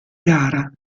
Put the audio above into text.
gara